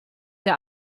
der